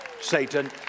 Satan